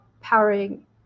powering